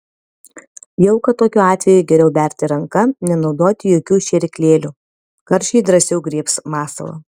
jauką tokiu atveju geriau berti ranka nenaudoti jokių šėryklėlių karšiai drąsiau griebs masalą